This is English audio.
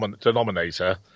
denominator